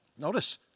Notice